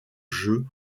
jeux